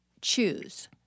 choose